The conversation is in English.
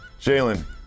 Jalen